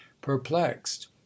perplexed